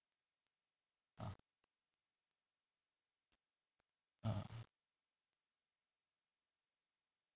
ah ah